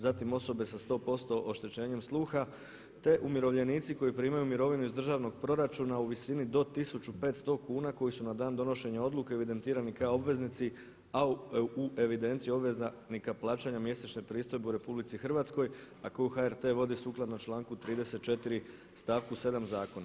Zatim osobe sa 100% oštećenjem sluha, te umirovljenici koji primaju mirovinu iz državnog proračuna u visini do 1500 kuna koji su na dan donošenja odluke evidentirani kao obveznici, a u evidenciji obveznika plaćanja mjesečne pristojbe u Republici Hrvatskoj a koju HRT vodi sukladno članku 34. stavku 7. Zakona.